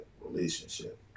relationship